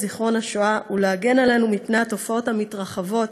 זיכרון השואה ולהגן עלינו מפני התופעות המתרחבות,